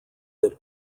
that